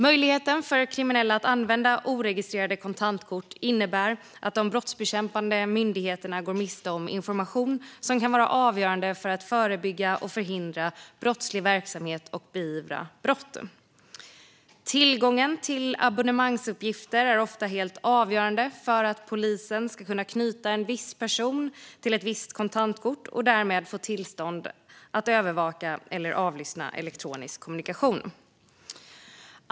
Möjligheten för kriminella att använda oregistrerade kontantkort innebär att de brottsbekämpande myndigheterna går miste om information som kan vara avgörande för att förebygga och förhindra brottslig verksamhet och beivra brott. Tillgången till abonnemangsuppgifter är ofta helt avgörande för att polisen ska kunna knyta en viss person till ett visst kontantkort och därmed få tillstånd att övervaka eller avlyssna elektronisk kommunikation.